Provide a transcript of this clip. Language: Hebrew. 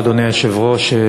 אדוני היושב-ראש,